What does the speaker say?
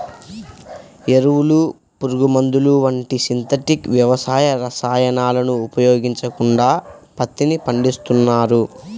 ఎరువులు, పురుగుమందులు వంటి సింథటిక్ వ్యవసాయ రసాయనాలను ఉపయోగించకుండా పత్తిని పండిస్తున్నారు